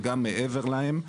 וגם מעבר להם,